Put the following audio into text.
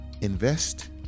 Invest